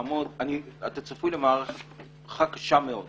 אתה צפוי למערכה קשה מאוד.